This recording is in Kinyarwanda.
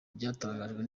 byatangajwe